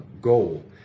goal